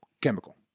chemical